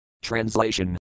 Translation